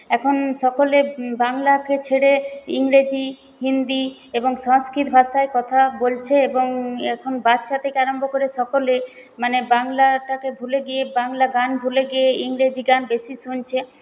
এখন সকলে বাংলাকে ছেড়ে ইংরেজি হিন্দি এবং সংস্কৃত ভাষায় কথা বলছে এবং এখন বাচ্চা থেকে আরম্ভ করে সকলে মানে বাংলাটাকে ভুলে গিয়ে বাংলা গান ভুলে গিয়ে ইংরেজি গান বেশি শুনছে